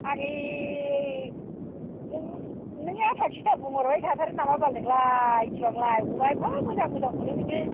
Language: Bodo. फाग्लि नों आथा खिथा बुंहरबाय थाथारो नामा बाल नोंलाय इसिबांलाय अमाया एफा मोजां मोजांखौनो नोङो